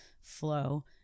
flow